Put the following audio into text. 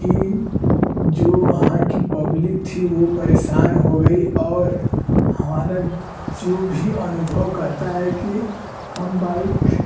कि जो वहाँ की पब्लिक थी वो परेशान हो गई और हमारा जो भी अनुभव कहता है कि हम बाइक